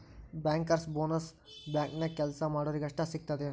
Bankers bonus ಬ್ಯಾಂಕ್ನ್ಯಾಗ್ ಕೆಲ್ಸಾ ಮಾಡೊರಿಗಷ್ಟ ಸಿಗ್ತದೇನ್?